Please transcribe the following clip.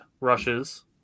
rushes